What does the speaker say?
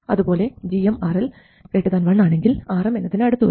അതുപോലെ gmRL1 ആണെങ്കിൽ Rm എന്നതിന് അടുത്തുവരും